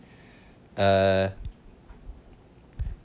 uh